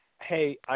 Hey